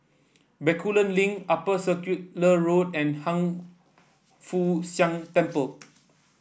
Bencoolen Link Upper Circular Road and Hiang Foo Siang Temple